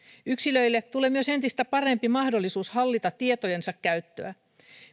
yksilöille tulee myös entistä parempi mahdollisuus hallita taitojensa käyttöä